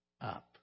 up